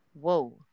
Whoa